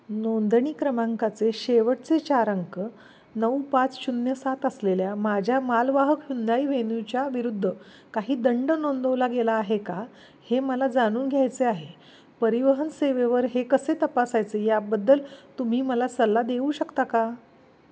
नोंदणी क्रमांकाचे शेवटचे चार अंक नऊ पाच शून्य सात असलेल्या माझ्या मालवाहक हुंदाई व्हेन्यूच्या विरुद्ध काही दंड नोंदवला गेला आहे का हे मला जाणून घ्यायचे आहे परिवहन सेवेवर हे कसे तपासायचे याबद्दल तुम्ही मला सल्ला देऊ शकता का